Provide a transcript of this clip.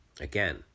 Again